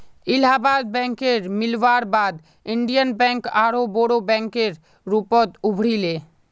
इलाहाबाद बैकेर मिलवार बाद इन्डियन बैंक आरोह बोरो बैंकेर रूपत उभरी ले